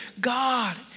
God